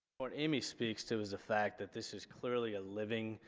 what amy speaks to is the fact that this is clearly a living,